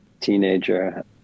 teenager